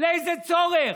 לאיזה צורך?